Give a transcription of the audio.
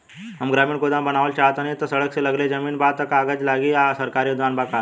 हम ग्रामीण गोदाम बनावल चाहतानी और सड़क से लगले जमीन बा त का कागज लागी आ सरकारी अनुदान बा का?